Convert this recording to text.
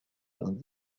vingt